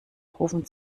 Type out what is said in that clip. rufen